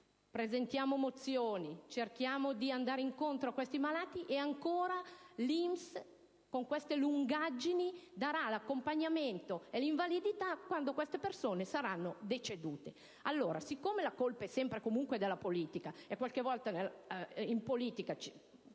presentiamo mozioni, cerchiamo di andare incontro a questi malati, però l'INPS con queste lungaggini darà l'accompagnamento e l'invalidità quando queste persone saranno decedute. La colpa è sempre e comunque della politica, però spesso - spero - in politica ci